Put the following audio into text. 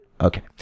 Okay